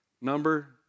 number